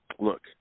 Look